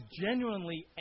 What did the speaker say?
genuinely